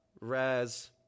Raz